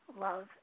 love